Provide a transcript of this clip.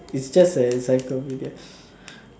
is just an encyclopedia